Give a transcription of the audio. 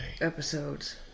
Episodes